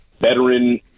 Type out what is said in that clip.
veteran